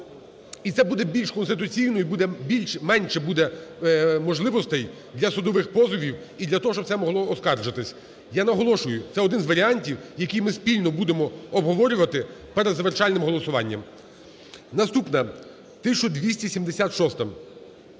І це буде більш конституційно, і менше буде можливостей для судових позовів і для того, щоб це могло оскаржуватись. Я наголошую, це один з варіантів, який ми спільно будемо обговорювати перед завершальним голосуванням. Наступна – 1276-а.